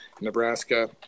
Nebraska